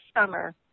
summer